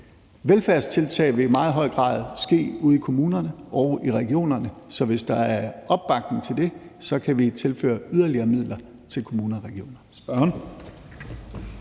Velfærdstiltag vil i meget høj grad ske ude i kommunerne og i regionerne, så hvis der er opbakning til det, kan vi tilføre yderligere midler til kommuner og regioner.